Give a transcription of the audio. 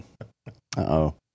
Uh-oh